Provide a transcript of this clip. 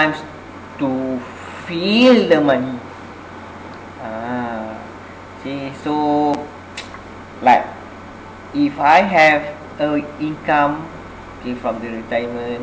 to feel the money ah see so like if I have a income okay from the retirement